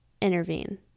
intervene